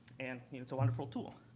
and, you know, it's a wonderful tool.